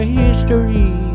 history